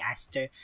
Aster